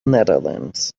netherlands